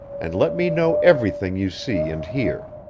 and let me know everything you see and hear.